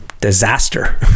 disaster